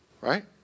Right